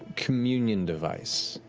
communion device.